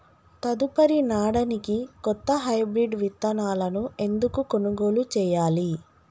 తదుపరి నాడనికి కొత్త హైబ్రిడ్ విత్తనాలను ఎందుకు కొనుగోలు చెయ్యాలి?